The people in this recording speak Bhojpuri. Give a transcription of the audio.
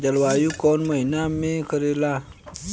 जलवायु कौन महीना में करेला?